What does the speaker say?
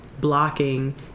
blocking